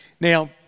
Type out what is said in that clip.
Now